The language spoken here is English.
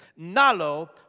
Nalo